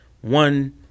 one –